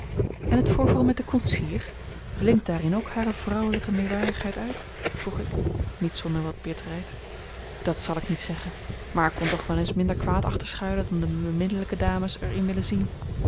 en t voorval met den koetsier blinkt daarin ook hare vrouwelijke meewarigheid uit vroeg ik niet zonder wat bitterheid dat zal ik niet zeggen maar er kon toch wel eens minder kwaad achter schuilen dan de beminnelijke dames er in willen zien